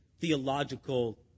theological